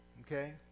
okay